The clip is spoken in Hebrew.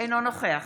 אינו נוכח